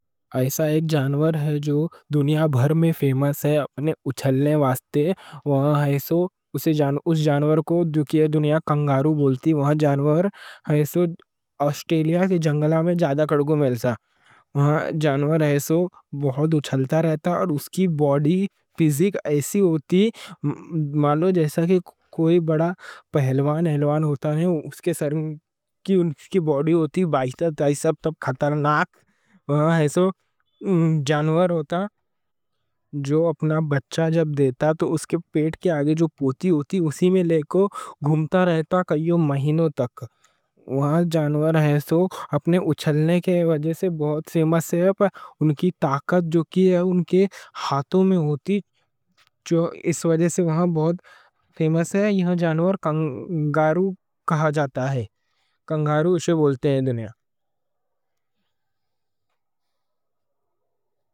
ایسوں ایک جانور ہے جو دنیا بھر میں اپنے اچھلنے واسطے فیمس ہے۔ دنیا اس جانور کو کنگارو بولتی۔ یہ جانور آسٹریلیا کے جنگلاں میں زیادہ ملتا۔ یہ جانور بہت اچھلتا رہتا، اور اس کی باڈی، فزیک ایسی ہوتی مانو جیسا کہ کوئی بڑا پہلوان ہوتا۔ ایسوں خطرناک جانور ہوتا۔ جو اپنا بچہ جب دیتا تو اس کے پیٹ کے آگے جو پوتی ہوتی، اسی میں لے کوں گھومتا رہتا کئیوں مہینوں تک۔ یہ جانور اپنے اچھلنے کی وجہ سے بہت فیمس ہے۔ پھر ان کی طاقت ان کے ہاتھوں میں ہوتی، اسی وجہ سے بہت فیمس ہے۔ یہ جانور کنگارو کہا جاتا، کنگارو اسے دنیا بولتی۔